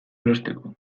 erosteko